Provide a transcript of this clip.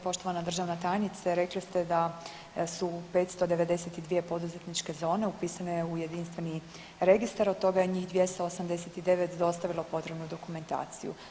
Poštovana državna tajnice rekli ste da su 592 poduzetničke zone upisane u jedinstveni registar, od toga je njih 289 dostavilo potrebnu dokumentaciju.